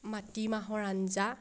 মাটিমাহৰ আঞ্জা